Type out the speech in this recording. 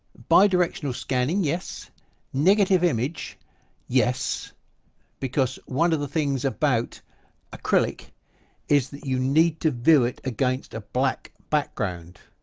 bi-directional scanning yes negative image yes because one of the things about acrylic is that you need to view it against a black background.